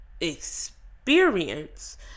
experience